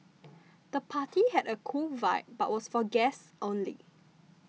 the party had a cool vibe but was for guests only